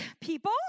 people